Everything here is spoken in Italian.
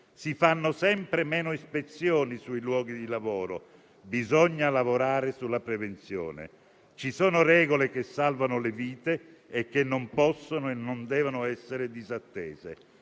Si fanno sempre meno ispezioni sui luoghi di lavoro: bisogna lavorare sulla prevenzione. Ci sono regole che salvano vite e che non possono e non devono essere disattese.